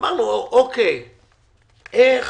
איך